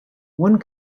one